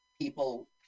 People